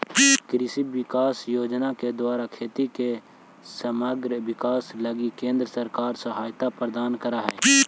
कृषि विकास योजना के द्वारा खेती के समग्र विकास लगी केंद्र सरकार सहायता प्रदान करऽ हई